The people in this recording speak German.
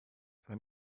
sei